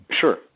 Sure